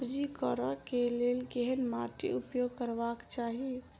सब्जी कऽ लेल केहन माटि उपयोग करबाक चाहि?